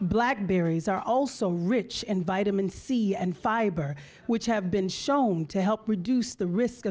black berries are also rich in vitamin c and fiber which have been shown to help reduce the risk